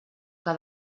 que